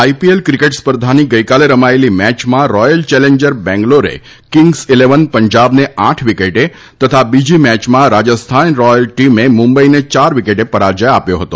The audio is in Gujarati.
આઈપીએલ ક્રિકેટ સ્પર્ધાની ગઈકાલે રમાયેલી મેચમાં રોયલ ચેલેન્જર બેંગ્લોરે કિંગ્સ ઈલેવન પંજાબને આઠ વિકેટે તથા બીજી મેચમાં રાજસ્થાન રોયલ ટીમે મુંબઈને ચાર વિકેટે પરાજ્ય આપ્યો હતો